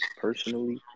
personally